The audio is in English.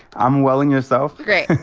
i'm well, and yourself? great.